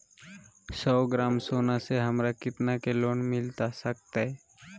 सौ ग्राम सोना से हमरा कितना के लोन मिलता सकतैय?